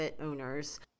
owners